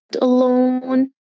alone